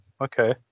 Okay